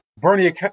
Bernie